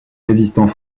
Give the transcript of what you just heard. résistants